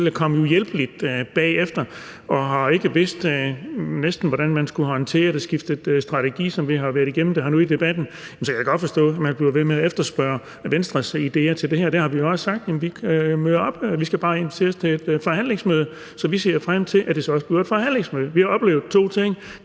kommet uhjælpeligt bagefter, næsten ikke har vidst, hvordan man har skullet håndtere det, og har skiftet strategi, som vi har været igennem her nu i debatten, så kan jeg da godt forstå, at man bliver ved med at efterspørge Venstres idéer til det her. Vi har jo sagt, at vi møder op; vi skal bare inviteres til et forhandlingsmøde. Og vi ser frem til, at det så også bliver et forhandlingsmøde. Vi har oplevet to ting.